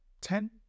ten